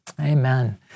Amen